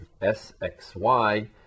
Sxy